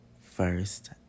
first